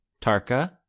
Tarka